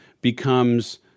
becomes